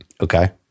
Okay